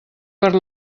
per